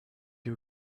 you